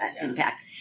impact